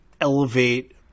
elevate